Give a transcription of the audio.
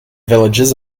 villages